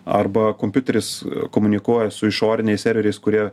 arba kompiuteris komunikuoja su išoriniais serveriais kurie